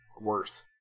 worse